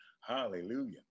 Hallelujah